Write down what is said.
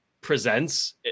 Presents